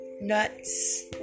nuts